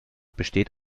besteht